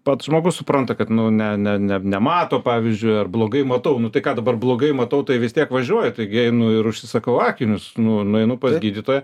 pats žmogus supranta kad ne ne ne nemato pavyzdžiui ar blogai matau nu tai ką dabar blogai matau tai vis tiek važiuoji taigi einu ir užsisakau akinius nu nueinu pas gydytoją